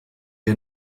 wir